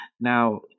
Now